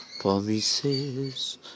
Promises